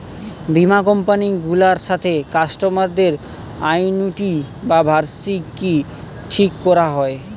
বীমা কোম্পানি গুলার সাথে কাস্টমারদের অ্যানুইটি বা বার্ষিকী ঠিক কোরা হয়